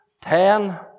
ten